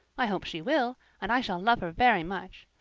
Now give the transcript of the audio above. i hope she will, and i shall love her very much.